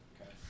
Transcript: Okay